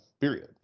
period